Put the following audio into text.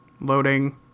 Loading